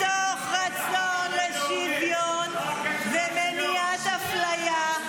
מתוך רצון לשוויון ומניעת אפליה,